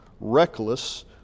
reckless